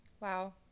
Wow